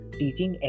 teaching